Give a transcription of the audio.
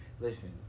listen